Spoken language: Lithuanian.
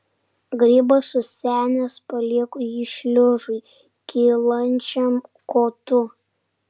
grybas susenęs palieku jį šliužui kylančiam kotu